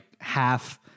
half